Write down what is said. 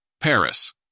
Paris